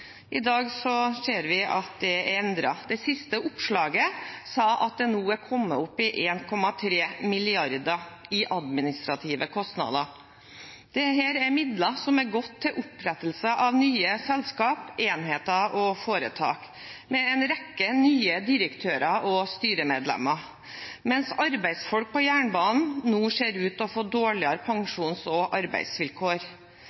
I dag ser vi at det er endret. Det siste oppslaget sa at det nå er kommet opp i 1,3 mrd. kr i administrative kostnader. Dette er midler som har gått til opprettelse av nye selskaper, enheter og foretak, med en rekke nye direktører og styremedlemmer, mens arbeidsfolk på jernbanen nå ser ut til å få dårligere